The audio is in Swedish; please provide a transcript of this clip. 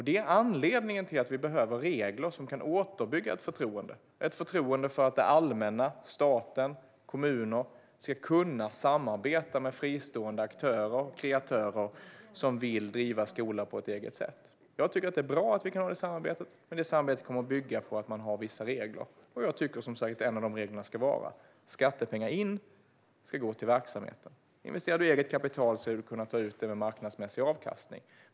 Det är anledningen till att vi behöver regler som kan återuppbygga ett förtroende för att det allmänna, staten, kommuner ska kunna samarbeta med fristående aktörer och kreatörer som vill driva skola på ett eget sätt. Jag tycker att det är bra att vi kan ha det samarbetet, men det kommer att bygga på att man har vissa regler. Jag tycker, som sagt, att en av dessa regler ska vara att skattepengar som kommer in ska gå till verksamheten. Investerar man pengarna i eget kapital ska man kunna ta ut dem i marknadsmässig avkastning.